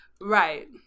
Right